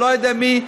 לא יודע מי,